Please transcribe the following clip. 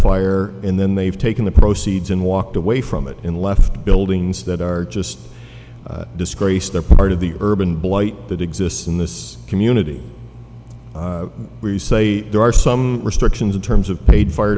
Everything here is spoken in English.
fire and then they've taken the proceeds and walked away from it in left buildings that are just disgraced they're part of the urban blight that exists in this community where you say there are some restrictions in terms of paid fire